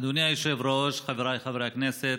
אדוני היושב-ראש, חבריי חברי הכנסת,